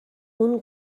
اون